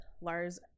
Lars